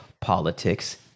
politics